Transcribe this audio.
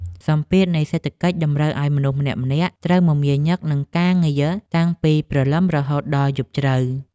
សម្ពាធនៃសេដ្ឋកិច្ចតម្រូវឱ្យមនុស្សម្នាក់ៗត្រូវមមាញឹកនឹងការងារតាំងពីព្រលឹមរហូតដល់យប់ជ្រៅ។